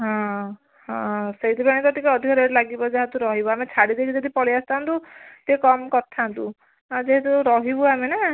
ହଁ ହଁ ସେଇଥିପାଇଁ ତ ଟିକିଏ ଅଧିକ ରେଟ୍ ଲାଗିବ ଯାହା ତ ରହିବ ଆମେ ଛାଡ଼ି ଦେଇକି ଯଦି ପଳେଇ ଆସିଥାଆନ୍ତୁ ଟିକିଏ କମ୍ କରିଥାଆନ୍ତୁ ଆ ଯେହେତୁ ରହିବୁ ଆମେ ନା